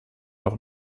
doch